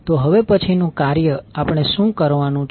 તો હવે પછીનું કાર્ય આપણે શુ કરવાનું છે